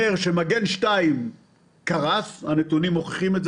שמגן 2 קרס, כפי שמוכיחים הנתונים.